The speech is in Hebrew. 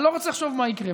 אני לא רוצה לחשוב מה יקרה,